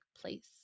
place